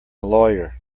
lawyer